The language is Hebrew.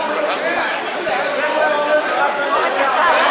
חבר הכנסת צחי